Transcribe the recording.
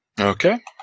Okay